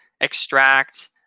extract